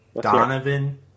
Donovan